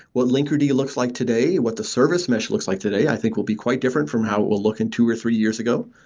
what linkerd looks like today, what the service mesh looks like today, i think will be quite different from how it will look in two or three years ago.